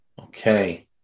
Okay